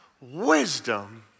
wisdom